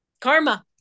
karma